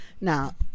Now